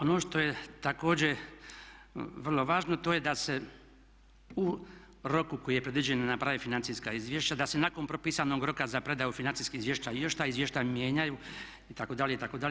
Ono što je također vrlo važno to je da se u roku koji je predviđen ne naprave financijska izvješća da se nakon propisanog roka za predaju financijskih izvještaja još taj izvještaji mijenjaju itd. itd.